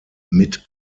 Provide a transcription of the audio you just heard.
mit